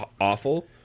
awful